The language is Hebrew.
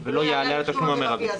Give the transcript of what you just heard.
ולא יעלה על הסכום המרבי.